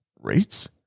rates